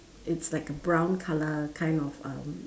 it's like a brown colour kind of um